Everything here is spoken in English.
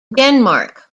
denmark